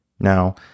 Now